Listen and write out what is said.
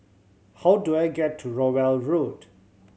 how do I get to Rowell Road